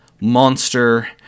monster